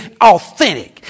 authentic